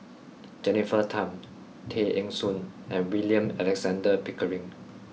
Jennifer Tham Tay Eng Soon and William Alexander Pickering